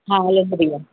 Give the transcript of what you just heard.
हा हलंदो भईया